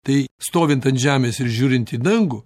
tai stovint ant žemės ir žiūrint į dangų